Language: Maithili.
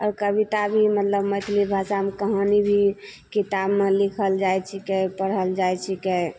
आओर कबिता भी मतलब मैथिली भाषामे कहानी भी किताबमे लिखल जाइत छिकै पढ़ल जाइत छिकै